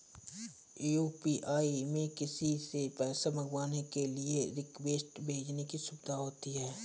UPI में किसी से पैसा मंगवाने के लिए रिक्वेस्ट भेजने की सुविधा होती है